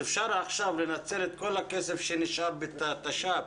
אפשר עכשיו לנצל את כל הכסף שנשאר בשנת תש"ף